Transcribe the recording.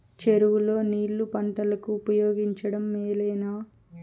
చెరువు లో నీళ్లు పంటలకు ఉపయోగించడం మేలేనా?